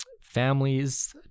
families